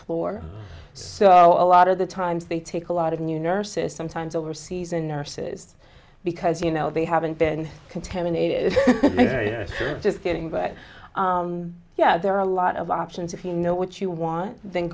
floor so a lot of the times they take a lot of new nurses sometimes overseas and nurses because you know they haven't been contaminated just kidding but yeah there are a lot of options if you know what you want then